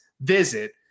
visit